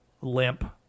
limp